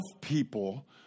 people